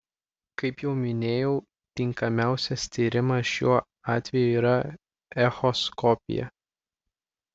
kaip jau minėjau tinkamiausias tyrimas šiuo atveju yra echoskopija